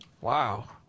Wow